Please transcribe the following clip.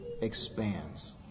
expands